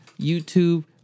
youtube